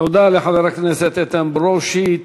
תודה לחבר הכנסת איתן ברושי.